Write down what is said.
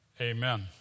Amen